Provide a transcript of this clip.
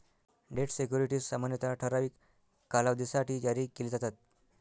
date securities सामान्यतः ठराविक कालावधीसाठी जारी केले जातात